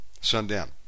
sundown